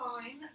fine